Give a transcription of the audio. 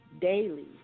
daily